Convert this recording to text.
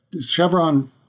Chevron